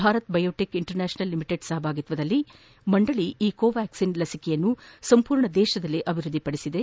Bharat Biotech International Limited ಸಹಭಾಗಿತ್ವದಲ್ಲಿ ಮಂಡಳಿ ಈ ಕೋವ್ಯಾಕ್ಲೆನ್ ಲಸಿಕೆಯನ್ನು ಸಂಪೂರ್ಣ ದೇತದಲ್ಲೇ ಅಭಿವೃದ್ದಿಕಡಿಸಿದೆ